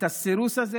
את הסירוס הזה